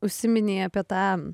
užsiminei apie tą